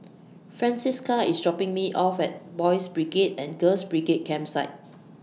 Francisca IS dropping Me off At Boys' Brigade and Girls' Brigade Campsite